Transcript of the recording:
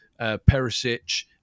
Perisic